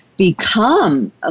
become